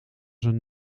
zijn